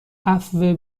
عفو